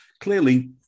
clearly